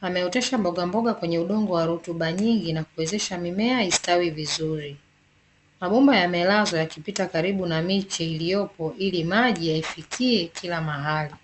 Ameotesha mbogamboga kwenye udongo wa rutuba nyingi na kuweza mimea istawi vizuri. Mabomba yamelazwa yakipita karibu na miche iliyopo ili maji yaifikie kila mahali.